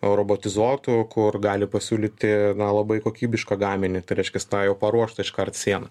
robotizuotų kur gali pasiūlyti labai kokybišką gaminį tai reiškias tą jau paruoštą iškart sieną